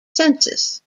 census